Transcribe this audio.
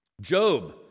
Job